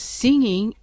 singing